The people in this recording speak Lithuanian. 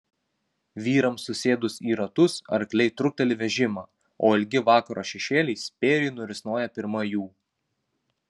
vyrams susėdus į ratus arkliai trukteli vežimą o ilgi vakaro šešėliai spėriai nurisnoja pirma jų